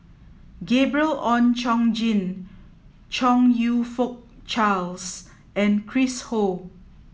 Gabriel Oon Chong Jin Chong You Fook Charles and Chris Ho